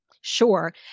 Sure